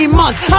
months